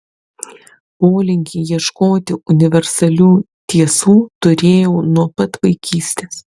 polinkį ieškoti universalių tiesų turėjau nuo pat vaikystės